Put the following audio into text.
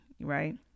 right